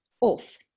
off